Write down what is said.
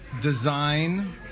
design